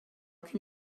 can